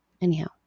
Anyhow